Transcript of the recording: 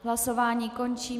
Hlasování končím.